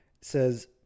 says